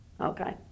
Okay